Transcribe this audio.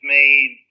made